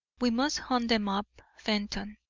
we must hunt them up, fenton.